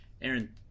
Aaron